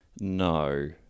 No